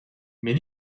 mais